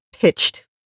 pitched